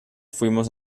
fuimos